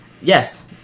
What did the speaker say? Yes